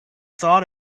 thought